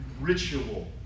ritual